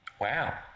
Wow